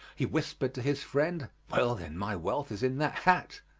he whispered to his friend, well, then, my wealth is in that hat.